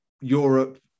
Europe